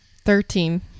Thirteen